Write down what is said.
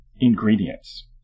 ingredients